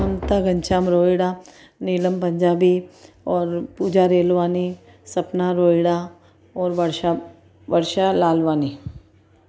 ममता घनश्याम रोहेड़ा नीलम पंजाबी और पूजा रेलवानी सपना रोहेड़ा ऐं वर्षा वर्षा लालवानी